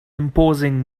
imposing